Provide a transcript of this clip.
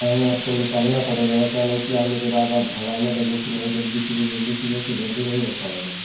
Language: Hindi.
टाइम आपको निकालना पड़ेगा ऐसा नहीं की आने के बाद आप घबराने लगें कि नहीं जल्दी कीजिए जल्दी कीजिए तो जल्दी नहीं हो पाएगा ना